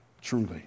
Truly